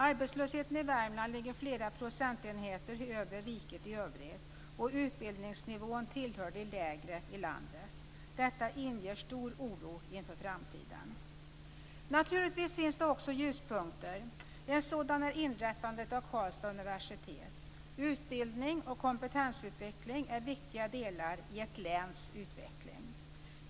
Arbetslösheten i Värmland ligger flera procentenheter över riket i övrigt, och utbildningsnivån tillhör de lägre i landet. Detta inger stor oro inför framtiden. Naturligtvis finns det också ljuspunkter. En sådan är inrättandet av Karlstads universitet. Utbildning och kompetensutveckling är viktiga delar i ett läns utveckling.